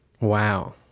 Wow